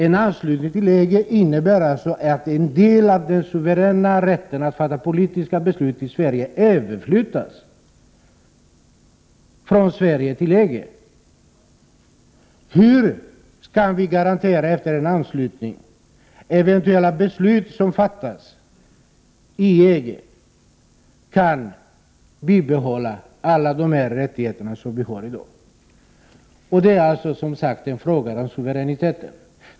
En anslutning till EG innebär alltså att en del av den suveräna rätten att fatta politiska beslut i Sverige överflyttas från Sverige till EG. Hur kan ni garantera att efter en anslutning eventuella beslut som fattas i EG bibehåller alla de rättigheter som vi har i dag? Det är som sagt en fråga om suveränitet.